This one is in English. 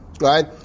Right